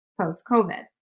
post-COVID